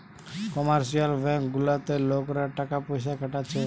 commercial bank গুলাতে লোকরা টাকা পয়সা খাটাচ্ছে